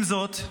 עם זאת,